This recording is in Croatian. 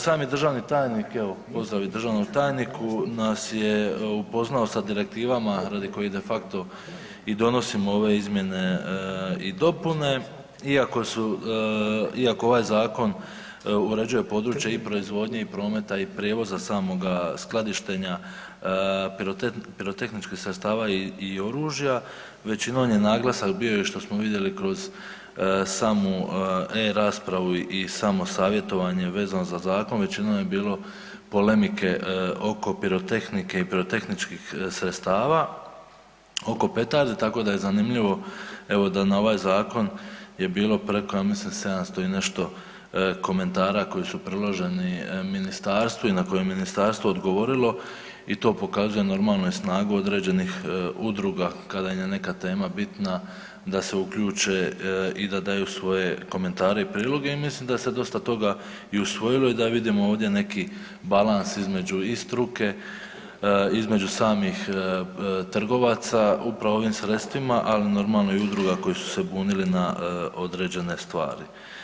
Sami državni tajnik, evo pozdrav i državnom tajniku, nas je upoznao sa direktivama radi kojih de facto i donosimo ove izmjene i dopune iako su, iako ovaj zakon uređuje područje i proizvodnje i prometa i prijevoza samoga skladištenja pirotehničkih sredstava i oružja, većinom je naglasak bio i što smo vidjeli kroz samu e-raspravu i samo savjetovanje vezano za zakon, većinom je bilo polemike oko pirotehnike i pirotehničkih sredstava, oko petardi, tako da je zanimljivo evo da na ovaj zakon je bilo prekoi, ja mislim 700 i nešto komentara koji su priloženi ministarstvu i na koje je ministarstvo odgovorilo i to pokazuje normalno i snagu određenih udruga kada im je neka tema bitna da se uključe i da daju svoje komentare i priloge i mislim da se dosta toga i usvojilo i da vidimo ovdje neki balans između i struke, između samih trgovaca upravo ovim sredstvima, ali normalno i udruga koje su se bunili na određene stvari.